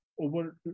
over